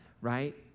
right